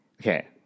okay